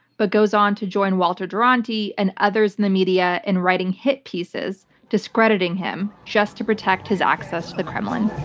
but goes on to join walter duranty and others in the media in writing hit pieces discrediting him just to protect his access to the kremlin.